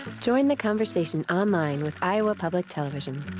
join the conversation online with iowa public television.